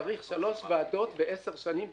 שצריך שלוש ועדות ועשר שנים בממוצע.